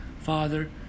Father